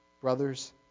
brothers